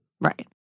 Right